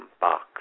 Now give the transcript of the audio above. box